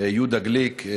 יהודה גליק,